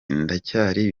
ndacyari